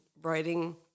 writing